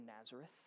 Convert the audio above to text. Nazareth